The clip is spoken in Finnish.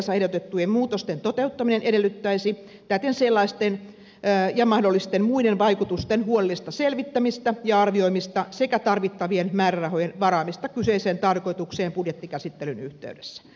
aloitteessa ehdotettujen muutosten toteuttaminen edellyttäisi täten sellaisten ja mahdollisten muiden vaikutusten huolellista selvittämistä ja arvioimista sekä tarvittavien määrärahojen varaamista kyseiseen tarkoitukseen budjettikäsittelyn yhteydessä